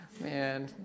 man